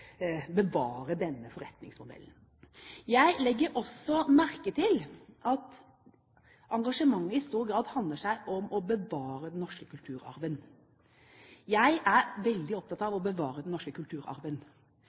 bevare denne forretningsmodellen. Jeg legger også merke til at engasjementet i stor grad handler om å bevare den norske kulturarven. Jeg er veldig opptatt av